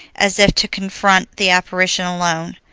as if to confront the apparition alone.